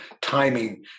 timing